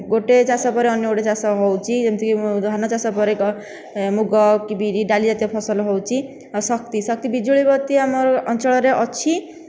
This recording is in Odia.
ଗୋଟିଏ ଚାଷ ପରେ ଅନ୍ୟ ଗୋଟିଏ ଚାଷ ହେଉଛି ଯେମିତି କି ଧାନ ଚାଷ ପରେ ମୁଗ କି ବିରି ଡାଲି ଜାତୀୟ ଫସଲ ହେଉଛି ଆଉ ଶକ୍ତି ବିଜୁଳିବତୀ ଆମ ଅଞ୍ଚଳରେ ଅଛି